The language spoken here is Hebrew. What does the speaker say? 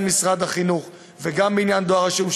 משרד החינוך וגם בעניין דואר רשום,